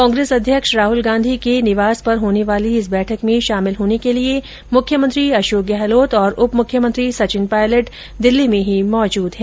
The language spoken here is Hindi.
कांग्रेस अध्यक्ष राहल गांधी के निवास पर होने वाली इस बैठक में शामिल होने के लिए मुख्यमंत्री अशोक गहलोत और उप मुख्यमंत्री सचिन पायलट दिल्ली में ही मौजूद है